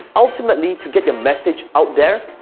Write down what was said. ultimately, to get your message out there,